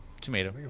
Tomato